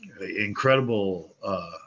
incredible